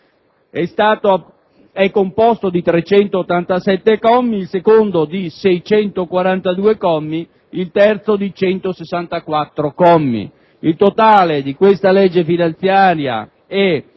è composto di 387 commi, il secondo di 642 e il terzo di 164. Il totale di questa legge finanziaria è